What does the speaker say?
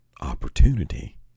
opportunity